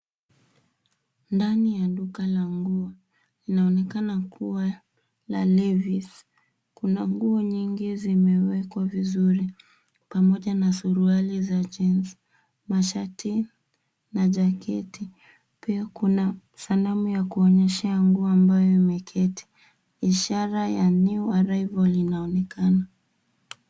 Ndani ya duka la nguo inaonekana kuwa la Levi's, kuna nguo nyingi zimewekwa vizuri pamoja na suruali za jeans , mashati na jaketi. Pia kuna sanamu ya kuonyeshea nguo ambaye ameketi. Ishara ya new arrival inaonekana.